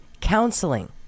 counseling